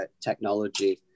technology